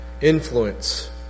influence